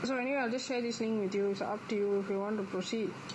so anyway I'll just share this thing with you it's up to you if you want to proceed